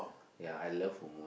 ya I love who move